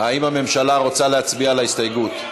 האם הממשלה רוצה להצביע על ההסתייגות?